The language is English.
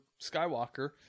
Skywalker